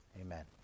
Amen